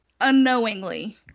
unknowingly